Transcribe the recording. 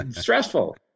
stressful